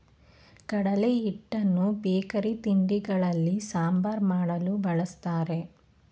ಕಡಲೆ ಹಿಟ್ಟನ್ನು ಬೇಕರಿ ತಿಂಡಿಗಳಲ್ಲಿ, ಸಾಂಬಾರ್ ಮಾಡಲು, ಬಳ್ಸತ್ತರೆ